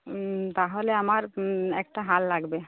তাহলে আমার একটা হার লাগবে